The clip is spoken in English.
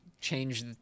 change